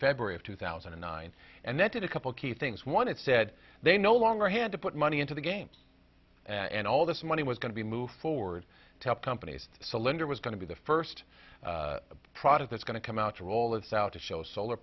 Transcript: february of two thousand and nine and that did a couple key things one it said they no longer had to put money into the games and all this money was going to be moved forward to help companies solicitor was going to be the first product that's going to come out to roll it out to show solar